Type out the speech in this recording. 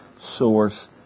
source